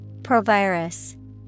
Provirus